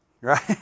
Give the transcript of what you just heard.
Right